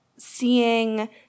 seeing